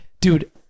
Dude